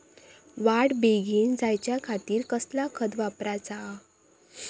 वाढ बेगीन जायच्या खातीर कसला खत वापराचा?